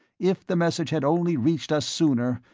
if the message had only reached us sooner,